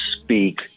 speak